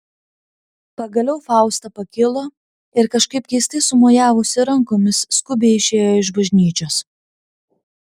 pagaliau fausta pakilo ir kažkaip keistai sumojavusi rankomis skubiai išėjo iš bažnyčios